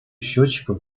счетчиков